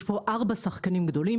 יש פה 4 שחקנים גדולים,